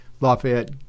Lafayette